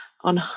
on